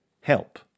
help